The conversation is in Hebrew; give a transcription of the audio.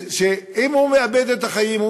שאם הוא מאבד את החיים,